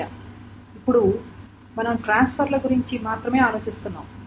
మనం ఇప్పుడు ట్రాన్స్ఫర్ల గురించి మాత్రమే ఆలోచిస్తున్నాము